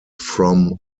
from